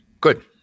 good